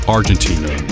Argentina